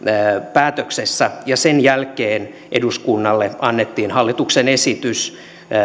päätöksessä ja sen jälkeen eduskunnalle annettiin hallituksen esitys